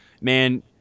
man